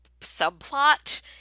subplot